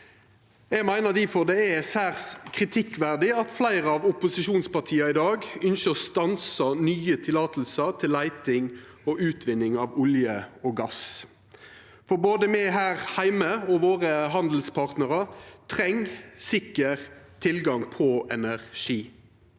difor det er særs kritikkverdig at fleire av opposisjonspartia i dag ynskjer å stansa nye tillatingar til leiting og utvinning av olje og gass. Både me her heime og våre handelspartnarar treng sikker tilgang på energi.